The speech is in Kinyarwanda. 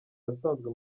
yasanzwe